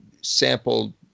sample